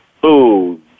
Food